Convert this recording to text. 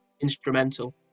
instrumental